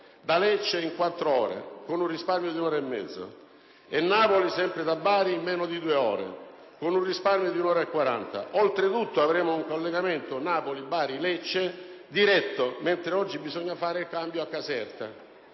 da Lecce in quattro ore, con un risparmio di un'ora e mezzo; Napoli, sempre da Bari, sarà raggiungibile in meno di due ore, con un risparmio di un'ora e 40 minuti. Oltretutto avremo un collegamento Napoli-Bari-Lecce diretto, mentre oggi bisogna fare il cambio a Caserta,